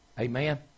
Amen